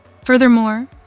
Furthermore